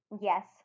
yes